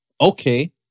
Okay